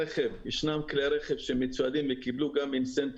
ישנם כלי רכב שמצוידים וגם קיבלו תמריץ